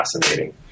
fascinating